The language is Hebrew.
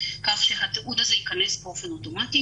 כך שהתיעוד הזה ייכנס באופן אוטומטי,